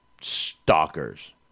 stalkers